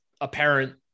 apparent